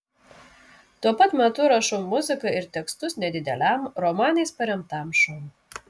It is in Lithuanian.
tuo pat metu rašau muziką ir tekstus nedideliam romanais paremtam šou